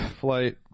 flight